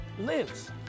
lives